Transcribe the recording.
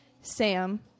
Sam